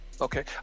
okay